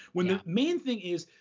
when the main thing is,